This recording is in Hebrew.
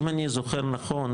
אם אני זוכר נכון,